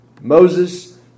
Moses